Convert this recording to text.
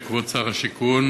כבוד שר הבינוי,